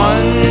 One